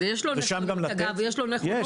ושם גם לתת --- ויש לו נכונות.